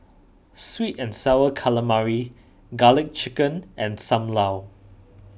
Sweet and Sour Calamari Garlic Chicken and Sam Lau